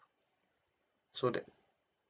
so that